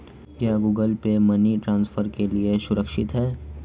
क्या Google pay money transfer के लिए सुरक्षित है?